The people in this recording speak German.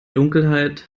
dunkelheit